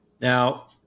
Now